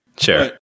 Sure